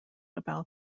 about